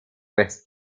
west